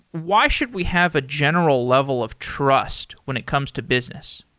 why should we have a general level of trust when it comes to business?